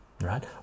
Right